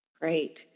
Great